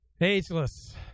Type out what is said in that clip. Ageless